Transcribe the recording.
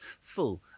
full